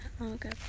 Okay